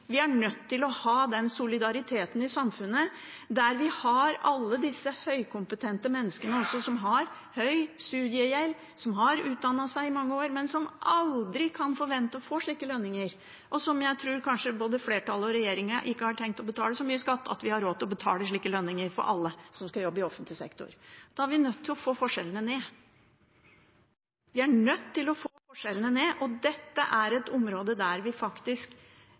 vi er nødt til å ha den solidariteten i samfunnet, der vi også har alle disse høykompetente menneskene som har høy studiegjeld, som har utdannet seg i mange år, men som aldri kan forvente å få slike lønninger. Jeg tror kanskje verken flertallet eller regjeringen har tenkt å betale så mye skatt at vi har råd til å betale slike lønninger til alle som skal jobbe i offentlig sektor. Da er vi nødt til å få forskjellene ned. Vi er nødt til å få forskjellene ned, og dette er et område der vi faktisk